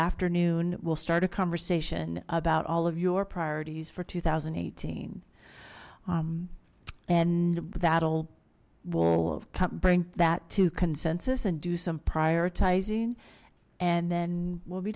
afternoon we'll start a conversation about all of your priorities for two thousand and eighteen and that'll will bring that to consensus and do some prioritizing and then we'll be